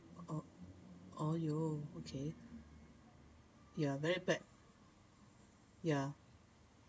oh !aiyo! okay ya very bad ya